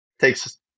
takes